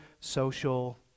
social